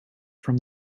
from